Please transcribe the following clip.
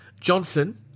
Johnson